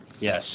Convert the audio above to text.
Yes